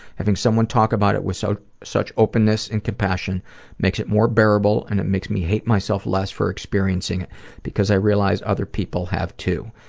having someone talk about it with so such openness and compassion makes it more bearable and it makes me hate myself less for experiencing it because i realize other people have too,